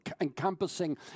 encompassing